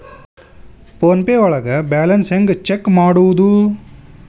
Phone pay ಒಳಗ balance ಹೆಂಗ್ check ಮಾಡುವುದು?